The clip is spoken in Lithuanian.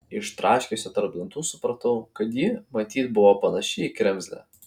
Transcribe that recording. iš traškesio tarp dantų supratau kad ji matyt buvo panaši į kremzlę